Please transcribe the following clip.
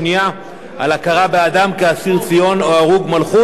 על הכרה באדם כאסיר ציון או הרוג מלכות.